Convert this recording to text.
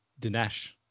Dinesh